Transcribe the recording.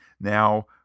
now